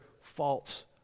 false